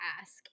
ask